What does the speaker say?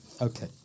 Okay